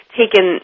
taken